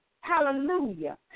Hallelujah